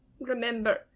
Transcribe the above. remember